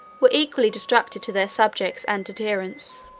were equally destructive to their subjects and adherents.